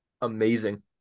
amazing